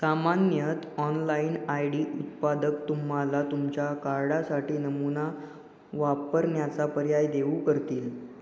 सामान्यत online I D उत्पादक तुम्हाला तुमच्या कार्डासाठी नमुना वापरण्याचा पर्याय देऊ करतील